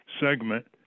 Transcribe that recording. segment